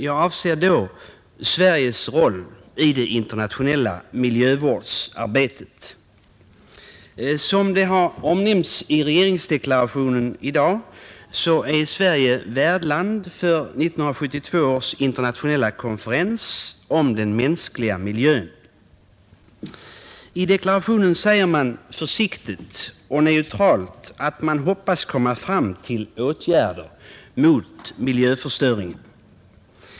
Jag avser då Sveriges roll i det internationella miljövårdsarbetet. Som det har omnämnts i regeringsdeklarationen i dag är Sverige värdland för 1972 års internationella konferens om den mänskliga miljön. I deklarationen säger man försiktigt och neutralt att man hoppas komma fram till åtgärder mot miljöförstöringen.